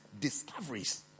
discoveries